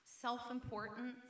self-importance